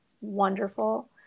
wonderful